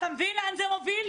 אתה מבין לאן זה מוביל?